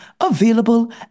available